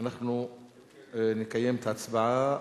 אנחנו נקיים את ההצבעה